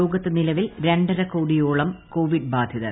ലോകത്ത് നിലവിൽ രണ്ടരക്കോട്ടിയേളം കോവിഡ്ബാധിതർ